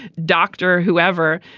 doctor, whoever,